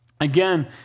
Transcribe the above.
again